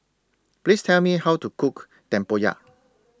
Please Tell Me How to Cook Tempoyak